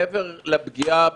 מעבר לפגיעה בפרטיות,